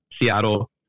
Seattle